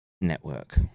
network